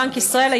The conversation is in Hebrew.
בנק ישראל,